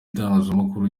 itangazamakuru